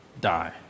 die